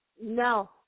no